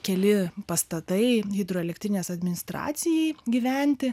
keli pastatai hidroelektrinės administracijai gyventi